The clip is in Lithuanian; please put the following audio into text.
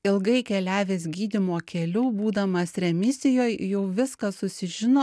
ilgai keliavęs gydymo keliu būdamas remisijoj jau viską susižino